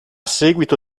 seguito